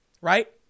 right